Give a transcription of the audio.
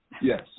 Yes